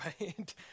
right